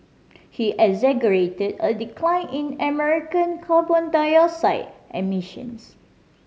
he exaggerated a decline in American carbon dioxide emissions